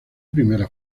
primera